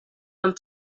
and